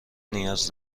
نیاز